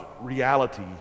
reality